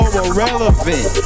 irrelevant